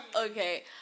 okay